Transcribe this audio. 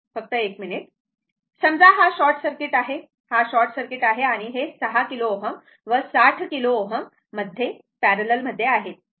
फक्त 1 मिनिट समजा हा शॉर्ट सर्किट आहे हा शॉर्ट सर्किट आहे आणि हे 6 किलोΩ व 60 किलो Ω पॅरलल मध्ये आहेत